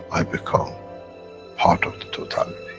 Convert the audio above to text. i become part of the totality.